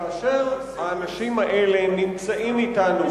שכאשר האנשים האלה נמצאים אתנו,